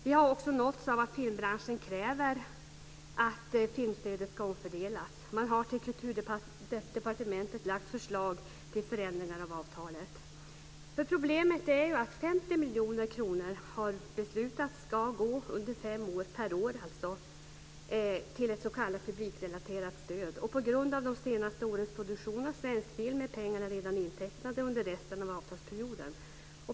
Vi har också nåtts av att filmbranschen kräver att filmstödet ska omfördelas. Man har till Kulturdepartementet lagt fram förslag till förändringar av avtalet. Problemet är att det har beslutats att 50 miljoner kronor per år ska gå till ett s.k. publikrelaterat stöd. På grund av de senaste årens produktion av svensk film är pengarna redan intecknade under resten resten av avtalsperioden.